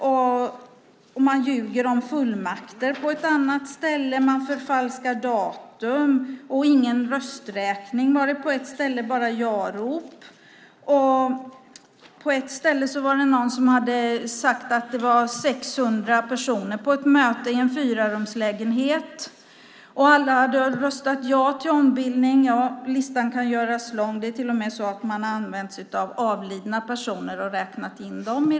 Man ljuger om fullmakter på ett annat ställe. Man förfalskar datum. Ingen rösträkning var det på ett ställe, bara ja-rop. På ett ställe var det någon som hade sagt att det var 600 personer på ett möte i en fyrarumslägenhet, och alla hade röstat ja till ombildning. Listan kan göras lång. Det är till och med så att man har använt sig av avlidna personer och räknat in dem.